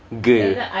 girl